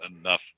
enough